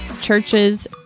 churches